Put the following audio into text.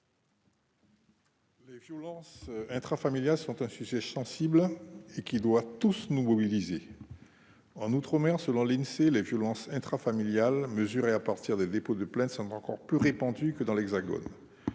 Les violences intrafamiliales sont un sujet sensible, qui doit tous nous mobiliser. En outre-mer, selon l'Insee, ces violences, mesurées à partir des dépôts de plainte, sont encore plus répandues que dans l'Hexagone.